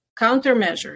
countermeasures